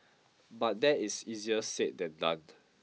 but that is easier said than done